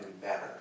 better